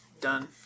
Done